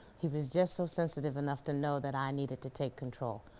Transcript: he was just so sensitive enough to know that i needed to take control.